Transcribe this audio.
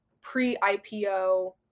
pre-IPO